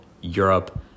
Europe